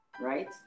right